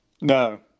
No